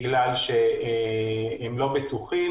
בגלל שהם לא בטוחים.